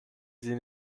sie